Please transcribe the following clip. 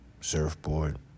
surfboard